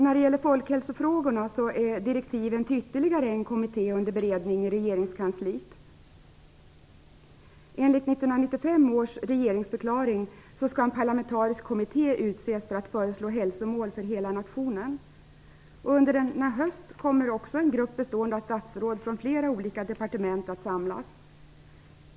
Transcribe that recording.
När det gäller folkhälsofrågorna är direktiven till ytterligare en kommitté under beredning i regeringskansliet. Enligt 1995 års regeringsförklaring skall en parlamentarisk kommitté utses för att föreslå hälsomål för hela nationen. Under denna höst kommer också en grupp bestående av statsråd från flera olika departement att samlas.